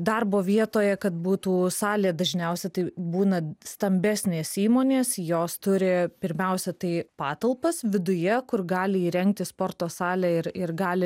darbo vietoje kad būtų salė dažniausia tai būna stambesnės įmonės jos turi pirmiausia tai patalpas viduje kur gali įrengti sporto salę ir ir gali